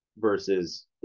versus